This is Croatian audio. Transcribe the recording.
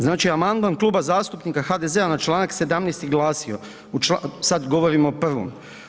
Znači amandman Kluba zastupnika HDZ-a na Članak 17. glasio, sad govorim o prvom.